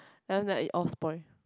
and was like all spoilt